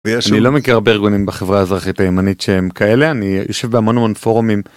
אני לא מכיר הרבה ארגונים בחברה האזרחית הימנית שהם כאלה, אני יושב בהמון המון פורומים.